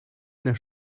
naar